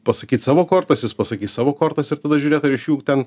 pasakyt savo kortas jis pasakys savo kortas ir tada žiūrėt ar iš jų ten